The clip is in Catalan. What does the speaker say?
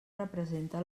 representa